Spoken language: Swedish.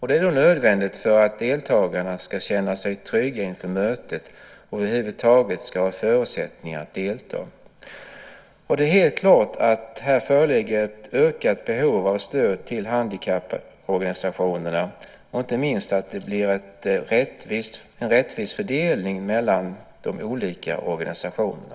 Detta är nödvändigt för att deltagarna ska känna sig trygga inför mötet och över huvud taget ha förutsättningar att delta. Det är helt klart att här föreligger ett ökat behov av stöd till handikapporganisationerna och inte minst en rättvis fördelning mellan de olika organisationerna.